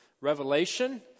Revelation